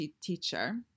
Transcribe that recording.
teacher